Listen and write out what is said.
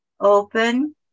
Open